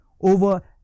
over